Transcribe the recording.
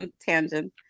tangent